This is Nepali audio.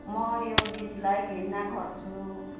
म यो गीतलाई घृणा गर्छु